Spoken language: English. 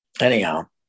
Anyhow